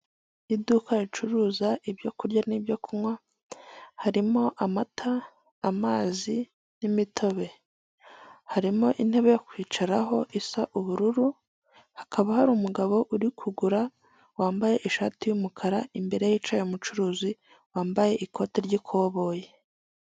Iduka ricuruza ibyo urya n'ibyo kunywa, harimo: amata, amazi n'imitobe, harimo intebe yo kwicaraho isa ubururu hakaba hari umugabo uri kugura wambaye ishati y'umukara, imbere ye hicaye umucuruzi wamaye ikote ry'ikoboyi.